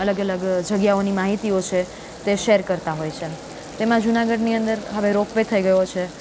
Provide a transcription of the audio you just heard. અલગ અલગ જગ્યાઓની માહિતીઓ છે તે શેર કરતાં હોય છે તેમાં જુનાગઢની અંદર હવે રોપવે થઈ ગયો છે